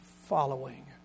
following